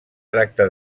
tracta